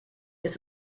ist